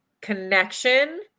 connection